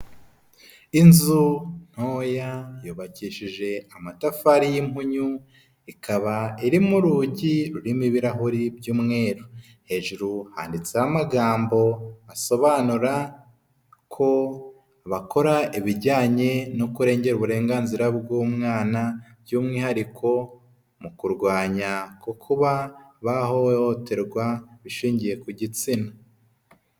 Inzu ntoya yubakishije amatafari y'impunyu ikaba iririmo urugi rurimo ibirahuri by'umweru hejuru handitseho amagambo asobanura ko bakora ibijyanye no kurengera uburenganzira bw'umwana by'umwihariko mu kurwanya kuba bahohoterwa bishingiye ku gitsina.